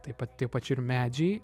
tai pat tai pačiu ir medžiai